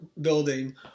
building